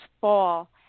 fall